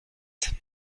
sept